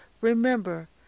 remember